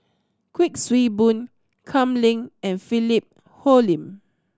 Kuik Swee Boon Kam Ning and Philip Hoalim